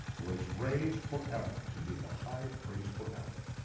was raised forever to be the high priest forever.